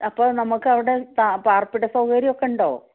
അപ്പോള് നമുക്കവിടെ പാർപ്പിട സൗകര്യമൊക്കെയുണ്ടോ